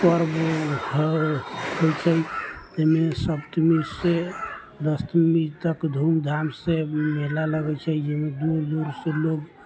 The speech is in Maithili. पर्व होइ छै अइमे सप्तमीसँ दशमी तक धूमधामसँ मेला लगै छै जाहिमे दूर दूरसँ लोक